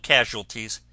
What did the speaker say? Casualties